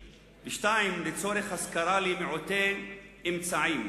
2. לצורך השכרה למעוטי אמצעים.